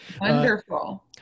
Wonderful